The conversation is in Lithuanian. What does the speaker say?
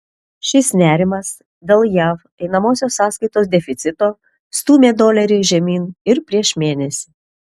šis nerimas dėl jav einamosios sąskaitos deficito stūmė dolerį žemyn ir prieš mėnesį